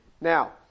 Now